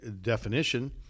definition